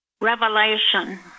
Revelation